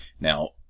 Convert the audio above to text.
Now